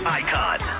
icon